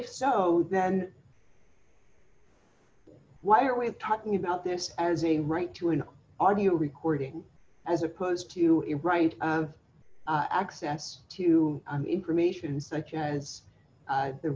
if so then why are we talking about this as a right to an audio recording as opposed to a right of access to information such as